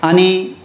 आनी